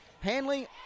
Hanley